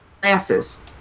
glasses